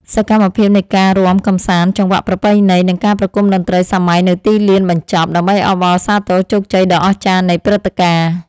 សកម្មភាពនៃការរាំកម្សាន្តចង្វាក់ប្រពៃណី និងការប្រគំតន្ត្រីសម័យនៅទីលានបញ្ចប់ ដើម្បីអបអរសាទរជោគជ័យដ៏អស្ចារ្យនៃព្រឹត្តិការណ៍។